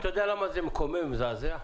אתה יודע למה זה מקומם ומזעזע?